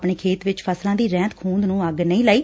ਆਪਣੇ ਖੇਤ ਵਿੱਚ ਫਸਲਾਂ ਦੀ ਰਹਿੰਦ ਖੁਹੰਦ ਨੁੰ ਅੱਗ ਨਹੀ ਲਗਾਈ